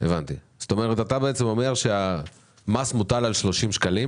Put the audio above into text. אתה בעצם אומר שהמס מוטל על 30 שקלים